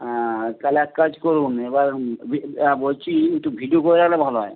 হ্যাঁ তাহলে এক কাজ করুন এবার বে বলছি একটু ভিডিও করে রাখলে ভালো হয়